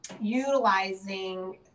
utilizing